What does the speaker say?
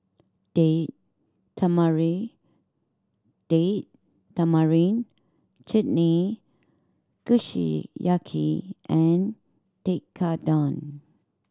Date Tamarind Date Tamarind Chutney Kushiyaki and Tekkadon